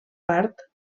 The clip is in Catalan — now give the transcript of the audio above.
part